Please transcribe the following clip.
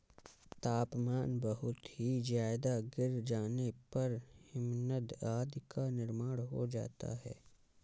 तापमान बहुत ही ज्यादा गिर जाने पर हिमनद आदि का निर्माण हो जाता है